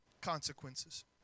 consequences